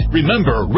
Remember